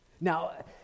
Now